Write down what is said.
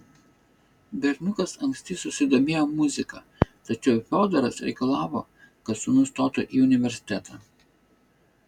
berniukas anksti susidomėjo muzika tačiau fiodoras reikalavo kad sūnus stotų į universitetą